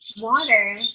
Water